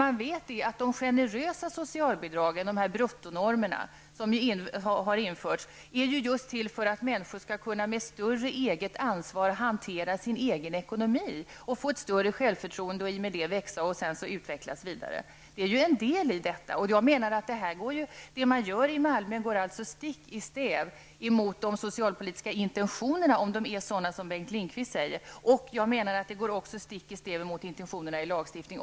Avsikten med de generösa socialbidragen -- de bruttonormer som har införts -- är just att människor med större eget ansvar skall kunna hantera sin egen ekonomi, att de skall få ett större självförtroende och i och med detta växa och utvecklas vidare. Jag menar att det man gör i Malmö går stick i stäv emot de socialpolitiska intentionerna -- om dessa är sådana som Bengt Lindqvist beskriver dem. Jag menar att detta också går stick i stäv emot intentionerna i lagstiftningen.